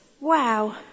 wow